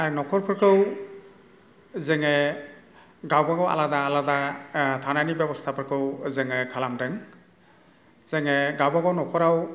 आरो न'खरफोरखौ जोङो गावबागाव आलादा आलादा थानायनि बेब'स्थाफोरखो जोङो खालामदों जोङो गाबागाव न'खराव